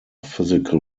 physical